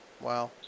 Wow